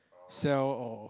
sell or